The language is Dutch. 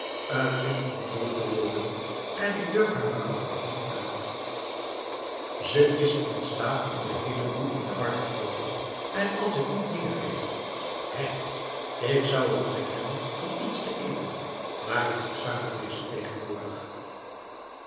t is om dol te worden en ik durf haar waarachtig niet aan ze is in staat om den heelen boel in de war te gooien en als ik niet meer geef hè k zou wel trek hebben om iets te eten maar ik moet zuinig wezen tegenwoordig